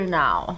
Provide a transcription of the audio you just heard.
now